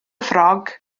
ffrog